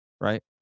Right